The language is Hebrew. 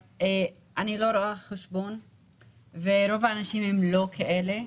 אני לא רואת חשבון ורוב האנשים הם לא כאלה,